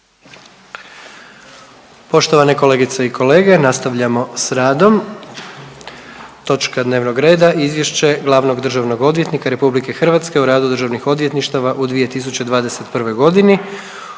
Poštovane kolegice i kolege, nastavljamo s radom. Točka dnevno reda: - Izvješće Glavnog državnog odvjetnika Republike Hrvatske o radu državnih odvjetništava u 2021. godini